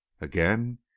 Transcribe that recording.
Again